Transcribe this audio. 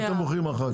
ואתם מוכרים אחר כך.